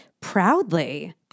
Proudly